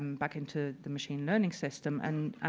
and back into the machine learning system, and